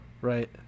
right